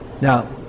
Now